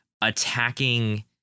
attacking